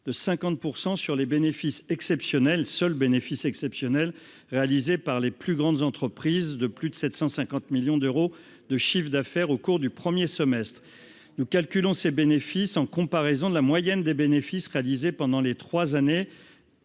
de 50 % sur les bénéfices exceptionnels seul bénéfice exceptionnel réalisé par les plus grandes entreprises de plus de 750 millions d'euros de chiffre d'affaires au cours du 1er semestre nous calculons ses bénéfices en comparaison de la moyenne des bénéfices réalisés pendant les 3 années